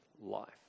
life